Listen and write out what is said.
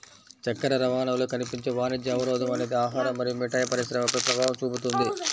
చక్కెర రవాణాలో కనిపించే వాణిజ్య అవరోధం అనేది ఆహారం మరియు మిఠాయి పరిశ్రమపై ప్రభావం చూపుతుంది